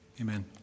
Amen